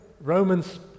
Romans